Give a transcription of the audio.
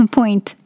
Point